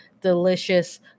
delicious